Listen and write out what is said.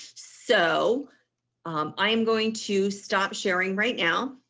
so i'm going to stop sharing right now.